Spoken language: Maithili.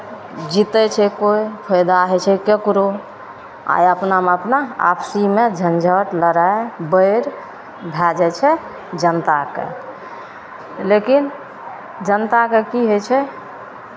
जीतै छै कोइ फायदा होइ छै ककरो आ अपनामे अपना आपसीमे झञ्झट लड़ाइ बैर भए जाइ छै जनताकेँ लेकिन जनताकेँ की होइ छै